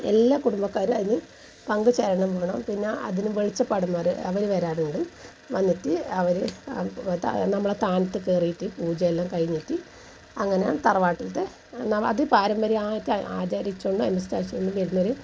എല്ലാ കുടുംബക്കാരും അത് പങ്കുചേരണോം വേണം പിന്നെ അതിനു വെളിച്ചപ്പാടെന്നു പറയും അവർ വരാറുണ്ട് വന്നിട്ട് അവർ നമ്മുടെ താനത്തു കയറിയിട്ട് പൂജയെല്ലാം കഴിഞ്ഞിട്ട് അങ്ങനെ തറവാട്ടിലത്തെ അത് പാരമ്പര്യമായിട്ട് ആചരിച്ചുകൊണ്ടും അനുഷ്ഠിച്ചു കൊണ്ടും വരുന്നൊരു